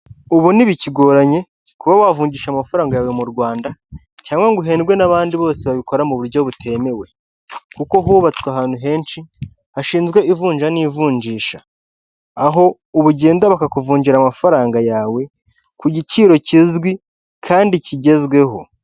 Ubu ntibikogoranye kubawavunjisha mafaranga yawe mu Rwanda cyangwa ngo uhendwe n'abandi bose babikora mu buryo butemewe kuko hubatswe ahantu henshi hashinzwe ivunja n'ivunjisha, aho ugenda bakakuvunjira amafaranga yawe ku giciro kizwi kandi kigezweho.